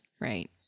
right